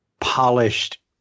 polished